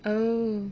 oh